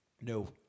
No